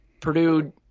Purdue